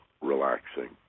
Relaxing